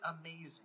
amazing